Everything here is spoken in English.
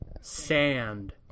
Sand